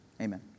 Amen